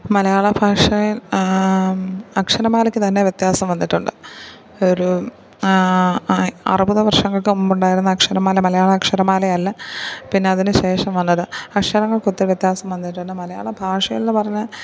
മലയാള ഭാഷയിൽ അക്ഷരമാലയ്ക്ക് തന്നെ വ്യത്യാസം വന്നിട്ടുണ്ട് ഒരു അറുപത് വർഷങ്ങൾക്കു മുമ്പ് ഉണ്ടായിരുന്ന അക്ഷരമാല മലയാള അക്ഷരമാലയല്ല പിന്നെ അതിനുശേഷം വന്നത് അക്ഷരങ്ങൾക്ക് ഒത്തിരി വ്യത്യാസം വന്നിട്ടുണ്ട് മലയാളഭാഷ എന്ന് പറഞ്ഞാൽ